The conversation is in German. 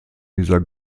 dieser